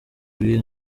by’iyi